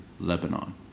Lebanon